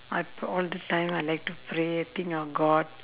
I pr~ all the time I like to pray think of god